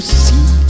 see